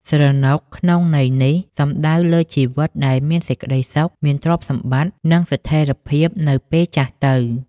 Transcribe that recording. «ស្រណុក» ក្នុងន័យនេះ សំដៅលើជីវិតដែលមានសេចក្ដីសុខ មានទ្រព្យសម្បត្តិ និងស្ថិរភាពនៅពេលចាស់ទៅ។